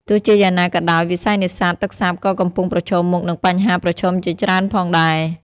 ទោះជាយ៉ាងណាក៏ដោយ វិស័យនេសាទទឹកសាបក៏កំពុងប្រឈមមុខនឹងបញ្ហាប្រឈមជាច្រើនផងដែរ។